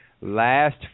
last